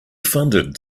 funded